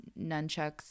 nunchucks